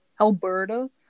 Alberta